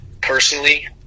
personally